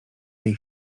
tej